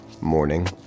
Morning